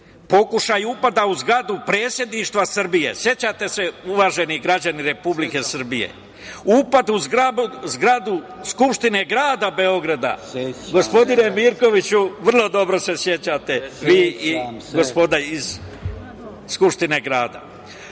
pokušaj upada u zgradu predsedništva Srbije, sećate se uvaženi građani Republike Srbije? Upad u zgradu Skupštine Grada Beograd, gospodine Mirkoviću vrlo dobro se sećate vi i gospoda iz Skupštine grada?